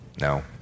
No